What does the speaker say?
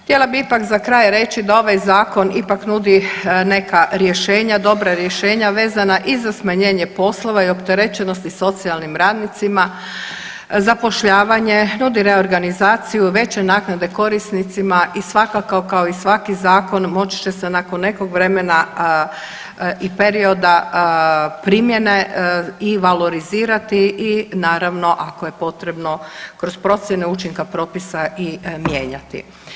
Htjela bih ipak za kraj reći da ovaj zakon ipak nudi neka rješenja, dobra rješenja vezana i za smanjenja poslova i opterećenosti socijalnim radnicima, zapošljavanje, nudi reorganizaciju, veće naknade korisnicima i svakako kao i svaki zakon moći će se nakon nekog vremena i perioda primjene i valorizirati i naravno ako je potrebno kroz procjene učinka propisa i mijenjati.